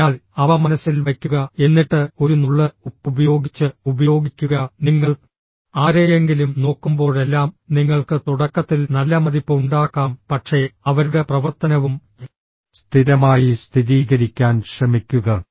അതിനാൽ അവ മനസ്സിൽ വയ്ക്കുക എന്നിട്ട് ഒരു നുള്ള് ഉപ്പ് ഉപയോഗിച്ച് ഉപയോഗിക്കുക നിങ്ങൾ ആരെയെങ്കിലും നോക്കുമ്പോഴെല്ലാം നിങ്ങൾക്ക് തുടക്കത്തിൽ നല്ല മതിപ്പ് ഉണ്ടാക്കാം പക്ഷേ അവരുടെ പ്രവർത്തനവും സ്ഥിരമായി സ്ഥിരീകരിക്കാൻ ശ്രമിക്കുക